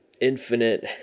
infinite